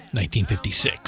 1956